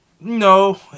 no